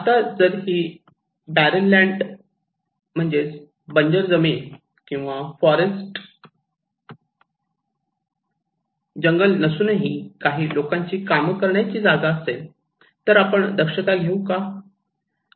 तर आता जर ही बर्रेन लँड बंजर जमीन किंवा फॉरेस्ट जंगल नसून काही लोकांची काम करण्याची ची जागा असेल तर आपण दक्षता घेऊ का